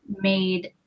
made